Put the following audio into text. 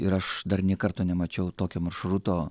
ir aš dar nė karto nemačiau tokio maršruto